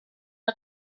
der